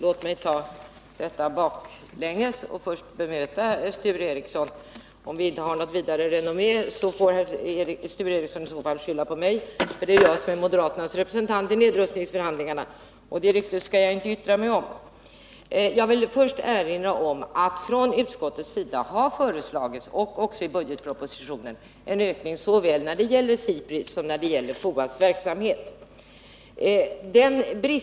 Herr talman! Låt mig först bemöta Sture Ericson. Om vi moderater inte har något vidare renommé, får Sture Ericson skylla på mig, eftersom jag är moderaternas representant i nedrustningsförhandlingarna. Det ryktet skall jag inte yttra mig om. Jag vill först erinra om att av utskottet och i budgetpropositionen har föreslagits en ökning såväl när det gäller SIPRI som när det gäller FOA:s verksamhet.